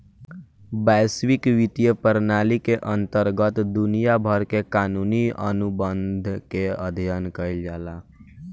बैसविक बित्तीय प्रनाली के अंतरगत दुनिया भर के कानूनी अनुबंध के अध्ययन कईल जाला